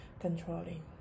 controlling